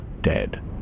dead